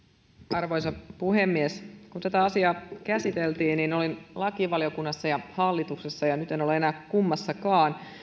arvoisa puhemies kun tätä asiaa käsiteltiin olin lakivaliokunnassa ja hallituksessa ja nyt en ole enää kummassakaan